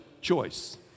choice